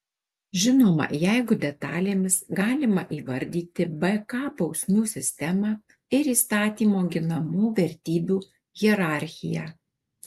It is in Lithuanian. žinoma jeigu detalėmis galima įvardyti bk bausmių sistemą ir įstatymo ginamų vertybių hierarchiją